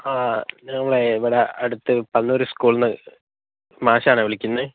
ആ നമ്മളേ ഇവിടെ അടുത്ത് പള്ളൂർ സ്കൂളിൽ നിന്ന് മാഷാണേ വിളിക്കുന്നത്